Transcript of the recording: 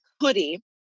hoodie